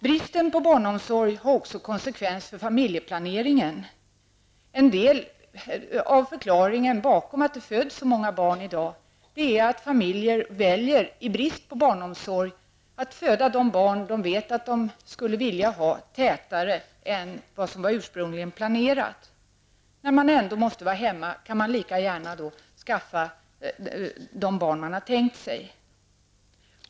Bristen på barnomsorg har också konsekvenser för familjeplaneringen. En del av förklaringen bakom att det i dag föds så många barn är att kvinnor, i brist på barnomsorg, väljer att föda de barn de skulle vilja ha tätare än vad som ursprungligen var planerat. När man ändå måste vara hemma, kan man lika gärna skaffa sig de barn man har tänkt sig.